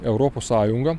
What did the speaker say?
europos sąjunga